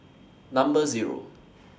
Number Zero